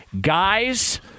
guys